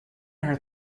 her